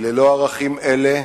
ללא ערכים אלה,